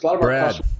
Brad